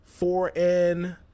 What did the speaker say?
4N